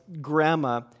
grandma